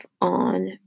on